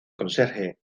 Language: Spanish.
conserje